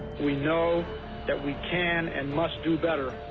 we know that we can and must do better.